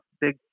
big